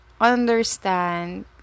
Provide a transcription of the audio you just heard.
understand